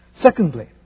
Secondly